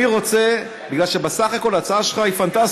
אני רוצה, כי בסך הכול ההצעה שלך היא פנטסטית.